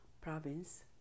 province